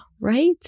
Right